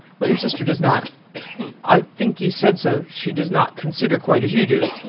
but your sister does not i think you said so she does not consider quite as you do?